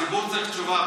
הציבור צריך תשובה,